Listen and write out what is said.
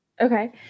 Okay